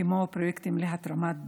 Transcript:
כמו פרויקטים להתרמת דם,